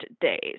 days